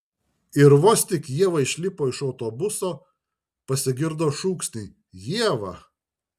ir vos tik ieva išlipo iš autobuso pasigirdo šūksniai ieva